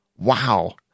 Wow